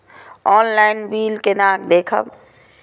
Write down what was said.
Online bill केना देखब?